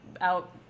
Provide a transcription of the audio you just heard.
out